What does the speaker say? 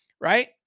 right